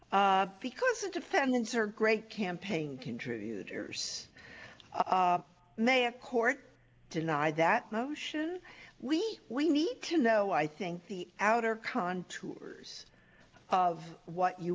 action because the defendants are great campaign contributors may have court denied that motion we we need to know i think the outer contours of what you